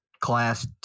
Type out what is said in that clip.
class